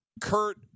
Kurt